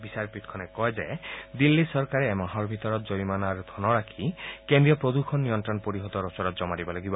বিচাৰপীঠখনে কয় যে দিল্লী চৰকাৰে এমাহৰ ভিতৰত জৰিমণাৰ ধনৰাশি কেন্দ্ৰীয় প্ৰদূষণ নিয়ন্ত্ৰণৰ পৰিষদৰ ওচৰত জমা দিব লাগিব